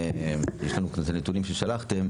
יש לנו כאן את הנתונים ששלחתם,